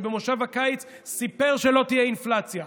שבמושב הקיץ סיפר שלא תהיה אינפלציה,